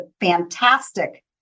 fantastic